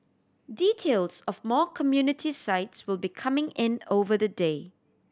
details of more community sites will be coming in over the day